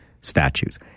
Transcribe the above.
statues